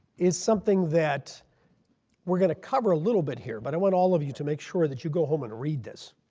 is something that we're going to cover a little bit here but i want all of you to make sure that you go home and read this.